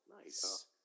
Nice